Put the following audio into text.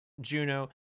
Juno